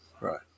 right